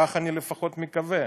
כך לפחות אני מקווה,